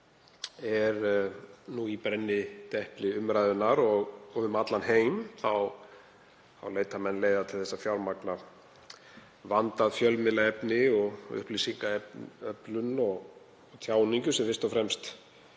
er í brennidepli umræðunnar og um allan heim leita menn leiða til að fjármagna vandað fjölmiðlaefni og upplýsingaöflun og tjáningu sem fyrst og fremst